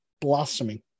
blossoming